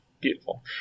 Beautiful